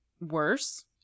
worse